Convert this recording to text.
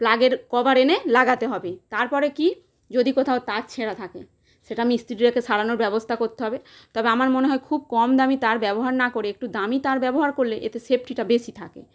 প্লাগের cover এনে লাগাতে হবে তারপরে কী যদি কোথাও তার ছেঁড়া থাকে সেটা মিস্ত্রি ডেকে সারানোর ব্যবস্থা করতে হবে তবে আমার মনে হয় খুব কম দামি তার ব্যবহার না করে একটু দামি তার ব্যবহার করলে এতে সেফ্টিটা বেশি থাকে